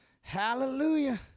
Hallelujah